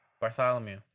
Bartholomew